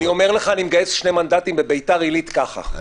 אומר לך שאני מגייס שני מנדטים בבית"ר עילית ככה,